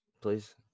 Please